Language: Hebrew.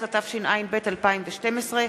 14), התשע"ב 2012,